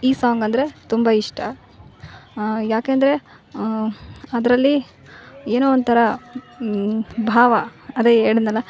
ಈ ಸಾಂಗ್ ಅಂದರೆ ತುಂಬ ಇಷ್ಟ ಯಾಕಂದ್ರೆ ಅದರಲ್ಲಿ ಏನೋ ಒಂಥರ ಭಾವ ಅದೇ ಹೇಳಿದ್ನಲ್ಲಾ